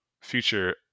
future